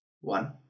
One